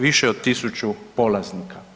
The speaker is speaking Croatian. više od tisuću polaznika.